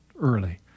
early